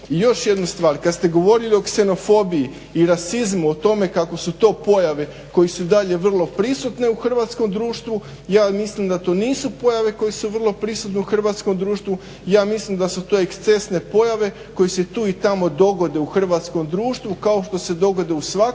još jednu stvar, kad ste govorili o ksenofobiji i rasizmu, o tome kako su to pojave koje su vrlo prisutne u hrvatskom društvu. Ja mislim da su to ekscesne pojave koje su ti tamo dogode u hrvatskom društvu kao što se dogode u svakom